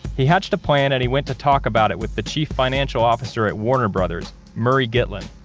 he hatched a plan and he went to talk about it with the chief financial officer at warner brothers, murray gitlin.